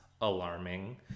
alarming